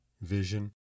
vision